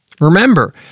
Remember